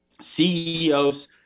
CEOs